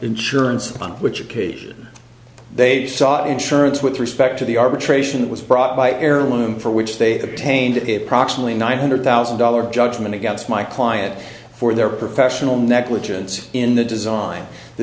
insurance on which occasion they sought insurance with respect to the arbitration that was brought by heirloom for which they obtained a proximately nine hundred thousand dollars judgment against my client for their professional negligence in the design the